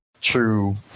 true